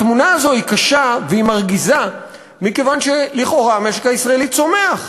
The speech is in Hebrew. התמונה הזאת היא קשה והיא מרגיזה מכיוון שלכאורה המשק הישראלי צומח.